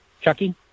Chucky